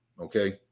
okay